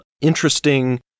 interesting